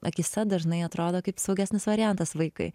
akyse dažnai atrodo kaip saugesnis variantas vaikui